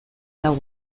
lau